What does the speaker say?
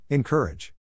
Encourage